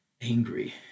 angry